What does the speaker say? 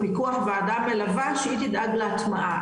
פיקוח וועדה מלווה שהיא תדאג להטמעה,